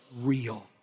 real